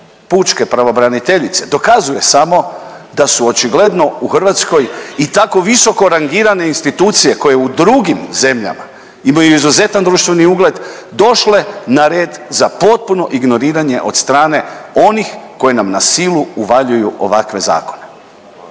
pučke pravobraniteljice dokazuje samo da su očigledno u Hrvatskoj i tako visoko rangirane institucije koje u drugim zemljama imaju izuzetan društveni ugled došle na red za potpuno ignoriranje od strane onih koji nam na silu uvaljuju ovakve zakone.